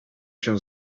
się